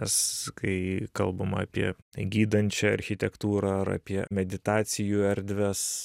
nes kai kalbama apie gydančią architektūrą ar ar apie meditacijų erdves